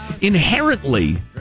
inherently